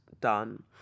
done